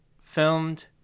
filmed